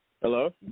Hello